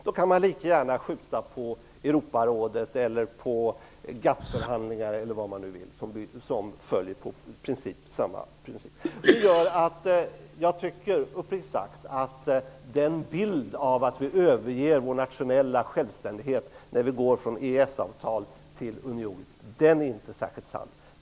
Då kan man lika gärna skjuta på exempelvis Europarådet eller på GATT förhandlingar som i princip bygger på samma princip. Jag tycker uppriktigt sagt att den bild att vi överger vår nationella självständighet när vi går från samarbete genom ett EES-avtal till ett medlemskap i en union inte är särskilt sann.